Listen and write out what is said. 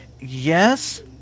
Yes